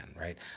right